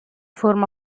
forma